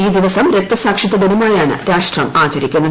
ഈ ദിവസം രക്തസാക്ഷിത്വ ദിനമായാണ് രാഷ്ട്രം ആചരിക്കുന്നത്